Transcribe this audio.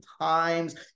times